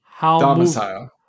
Domicile